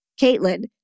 Caitlin